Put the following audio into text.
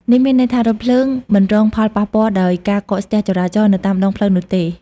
នេះមានន័យថា រថភ្លើង មិនរងផលប៉ះពាល់ដោយការកកស្ទះចរាចរណ៍ នៅតាមដងផ្លូវនោះទេ។